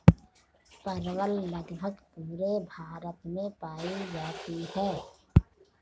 परवल लगभग पूरे भारत में पाई जाती है